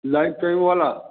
life time वाला